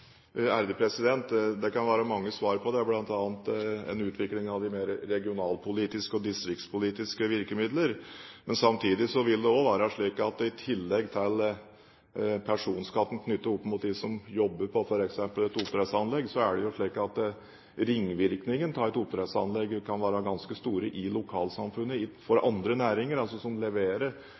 Det kan være mange svar på det, bl.a. en utvikling av de mer regionalpolitiske og distriktspolitiske virkemidlene. Samtidig vil det være slik at i tillegg til personskatten knyttet til dem som jobber på f.eks. et oppdrettsanlegg, kan ringvirkningene av et oppdrettsanlegg være ganske store for andre næringer i lokalsamfunnet som leverer handelsvirksomhet og andre